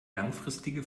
langfristige